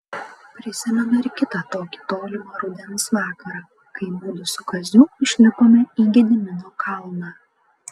prisimenu ir kitą tokį tolimą rudens vakarą kai mudu su kaziu užlipome į gedimino kalną